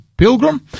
Pilgrim